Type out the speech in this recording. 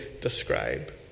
describe